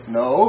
no